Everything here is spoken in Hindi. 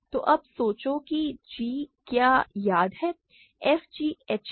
तो अब सोचें कि g क्या याद है f g h है